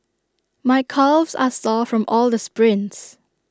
my calves are sore from all the sprints